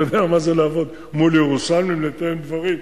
אתה יודע מה זה לעבוד מול ירושלמים, לתאם דברים?